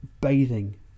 bathing